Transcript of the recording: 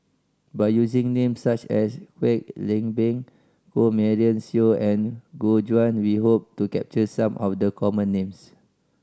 by using names such as Kwek Leng Beng Jo Marion Seow and Gu Juan we hope to capture some of the common names